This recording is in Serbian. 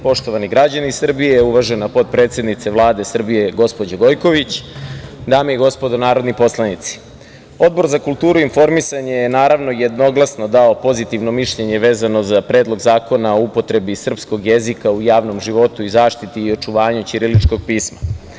Poštovani građani Srbije, uvažena potpredsednice Vlade Srbije, gospođo Gojković, dame i gospodo narodni poslanici, Odbor za kulturu i informisanje je, naravno, jednoglasno dao pozitivno mišljenje vezano za Predlog zakona o upotrebi srpskog jezika u javnom životu i zaštiti i očuvanju ćiriličkog pisma.